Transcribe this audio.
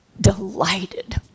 delighted